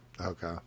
Okay